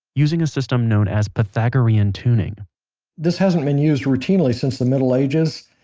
using a system known as pythagorean tuning this hasn't been used routinely since the middle ages,